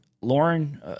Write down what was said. Lauren